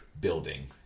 building